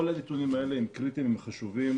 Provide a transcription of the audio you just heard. כל הנתונים האלה הם קריטיים והם חשובים,